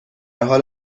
حال